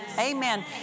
Amen